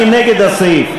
מי נגד הסעיף?